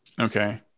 Okay